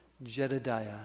Jedidiah